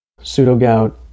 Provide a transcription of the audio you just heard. pseudogout